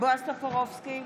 בועז טופורובסקי,